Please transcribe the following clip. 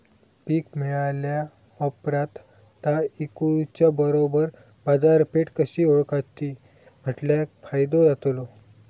पीक मिळाल्या ऑप्रात ता इकुच्या बरोबर बाजारपेठ कशी ओळखाची म्हटल्या फायदो जातलो?